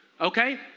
okay